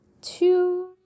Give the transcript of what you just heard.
two